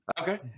Okay